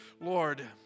Lord